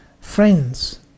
friends